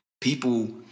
People